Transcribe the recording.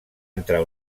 entrar